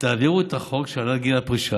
שתעבירו את החוק של העלאת גיל הפרישה,